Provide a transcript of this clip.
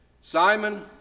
Simon